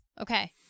Okay